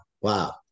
Wow